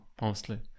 mostly